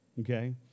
okay